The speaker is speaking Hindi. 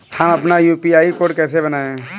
हम अपना यू.पी.आई कोड कैसे बनाएँ?